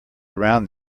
around